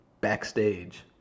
backstage